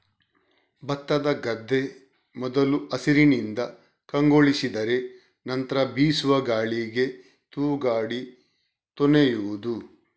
ಭತ್ತದ ಗದ್ದೆ ಮೊದಲು ಹಸಿರಿನಿಂದ ಕಂಗೊಳಿಸಿದರೆ ನಂತ್ರ ಬೀಸುವ ಗಾಳಿಗೆ ತೂಗಾಡಿ ತೊನೆಯುವುದು